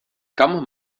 kam